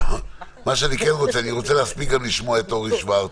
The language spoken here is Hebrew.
אני רוצה להספיק לשמוע את אורי שוורץ